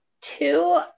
two